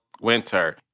Winter